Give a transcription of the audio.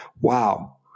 wow